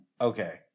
Okay